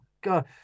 God